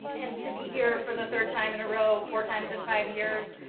and to be here for the third time in a row, four times in five years,